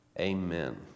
Amen